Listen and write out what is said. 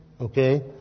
Okay